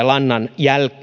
lannan